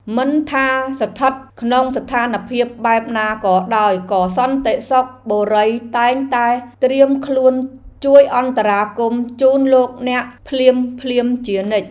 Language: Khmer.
មិនថាស្ថិតក្នុងស្ថានភាពបែបណាក៏ដោយក៏សន្តិសុខបុរីតែងតែត្រៀមខ្លួនជួយអន្តរាគមន៍ជូនលោកអ្នកភ្លាមៗជានិច្ច។